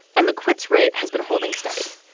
and the quits rate has been holding steady.